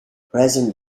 present